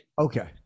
Okay